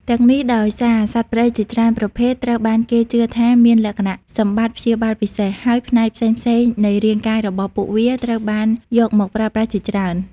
ទាំងនេះដោយសារ សត្វព្រៃជាច្រើនប្រភេទត្រូវបានគេជឿថាមានលក្ខណៈសម្បត្តិព្យាបាលពិសេស ហើយផ្នែកផ្សេងៗនៃរាងកាយរបស់ពួកវាត្រូវបានយកមកប្រើប្រាស់ជាច្រើន។